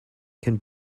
can